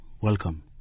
Welcome